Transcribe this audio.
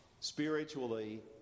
spiritually